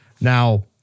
Now